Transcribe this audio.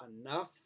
enough